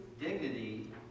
dignity